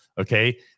Okay